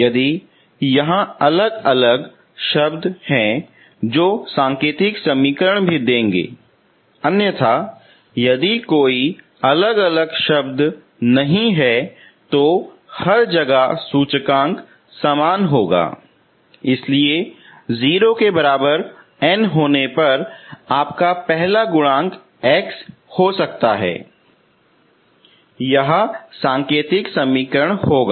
यदि यहाँ अलग अलग शब्द हैं जो सांकेतिक समीकरण भी देंगे अन्यथा यदि कोई अलग अलग शब्द नहीं है तो हर जगह सूचकांक समान होगा इसलिए 0 के बराबर n होने पर आपका पहला गुणांक x हो सकता है यह सांकेतिक समीकरण होगा